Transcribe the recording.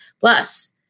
Plus